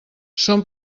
són